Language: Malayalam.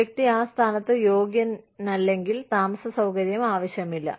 വ്യക്തി ആ സ്ഥാനത്തിന് യോഗ്യനല്ലെങ്കിൽ താമസസൌകര്യം ആവശ്യമില്ല